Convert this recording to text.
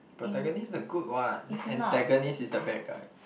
protagonist is the good what then antagonist is the bad guy